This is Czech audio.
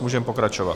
Můžeme pokračovat.